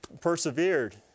persevered